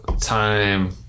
time